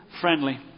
friendly